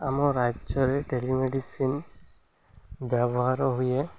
ଆମ ରାଜ୍ୟରେ telemedicine ବ୍ୟବହାର ହୁଏ